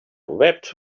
wept